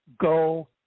Go